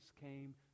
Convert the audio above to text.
came